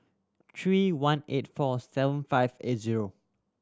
three one eight four seven five eight zero